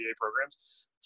programs